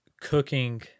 cooking